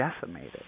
decimated